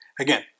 Again